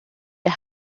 der